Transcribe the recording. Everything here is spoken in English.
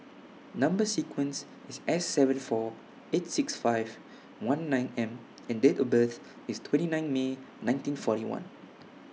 Number sequence IS S seven four eight six five one nine M and Date of birth IS twenty nine May nineteen forty one